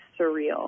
surreal